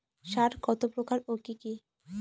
সার কত প্রকার ও কি কি?